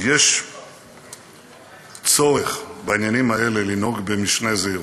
שיש צורך בעניינים האלה לנהוג במשנה זהירות,